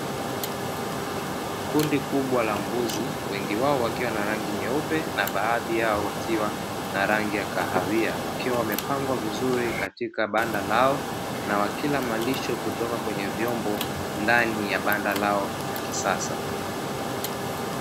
Kundi kubwa la mbuzi, wengiwao wakiwa na rangi nyeupe na baadhi yao wakiwa na rangi ya kahawia, wakiwa wamepangwa vizuri Katika banda lao na wakila malisho kutoka kwenye vyombo, ndani ya banda lao la kisasa.